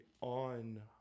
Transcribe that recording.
on